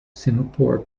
singapore